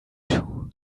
too